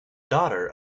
daughter